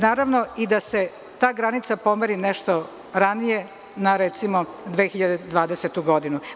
Naravno, i da se ta granica pomeri nešto ranije, na, recimo, 2020. godinu.